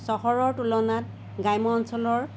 চহৰৰ তুলনাত গ্ৰাম্য অঞ্চলৰ